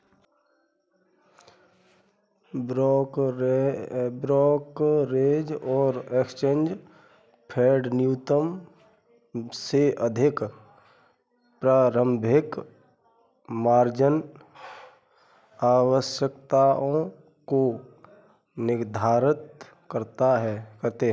brokerage और exchange फेडन्यूनतम से अधिक प्रारंभिक मार्जिन आवश्यकताओं को निर्धारित करते हैं